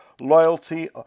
loyalty